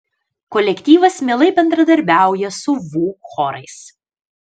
kolektyvas mielai bendradarbiauja su vu chorais